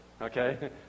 okay